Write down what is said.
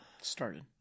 started